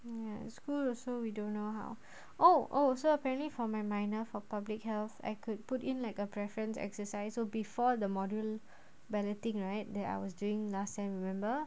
ya school also we don't know how oh oh so apparently for my minor for public health I could put in like a preference exercise so before the module balloting right there I was doing last sem remember